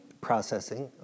Processing